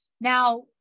Now